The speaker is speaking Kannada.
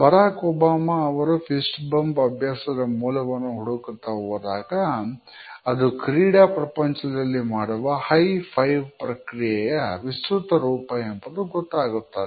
ಬರಾಕ್ ಒಬಾಮಾ ಅವರು ಫಿಸ್ಟ್ ಬಮ್ಪ್ ಅಭ್ಯಾಸದ ಮೂಲವನ್ನು ಹುಡುಕುತ್ತಾ ಹೋದಾಗ ಅದು ಕ್ರೀಡಾ ಪ್ರಪಂಚದಲ್ಲಿ ಮಾಡುವ ಹೈ ಫೈವ್ ಪ್ರಕ್ರಿಯೆಯ ವಿಸ್ತೃತ ರೂಪ ಎಂಬುದು ಗೊತ್ತಾಗುತ್ತದೆ